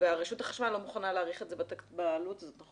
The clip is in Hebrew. ורשות החשמל לא מוכנה להאריך את זה בתמחור הזה.